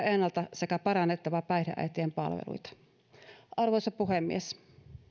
ennalta sekä parannettava päihdeäitien palveluita arvoisa puhemies